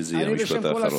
שזה יהיה המשפט האחרון.